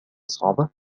صعبة